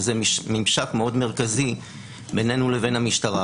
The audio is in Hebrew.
שזה ממשק מאוד מרכזי בינינו לבין המשטרה,